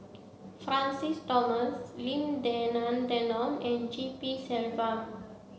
Francis Thomas Lim Denan Denon and G P Selvam